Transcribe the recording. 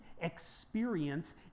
experience